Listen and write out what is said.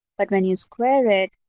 but when you square it,